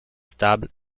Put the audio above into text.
stable